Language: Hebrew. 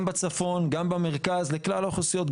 גם בצפון, גם במרכז, לכלל האוכלוסיות.